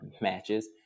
matches